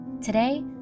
Today